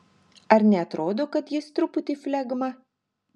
ar neatrodo kad jis truputį flegma